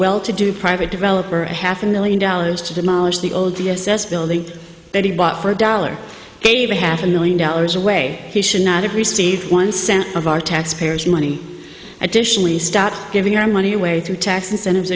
well to do private developer a half a million dollars to demolish the old d s s building that he bought for a dollar gave a half a million dollars away he should not have received one cent of our taxpayers money additionally start giving our money away through tax incentives